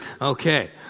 Okay